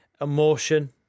emotion